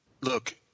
look